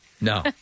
No